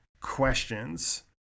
questions